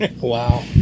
Wow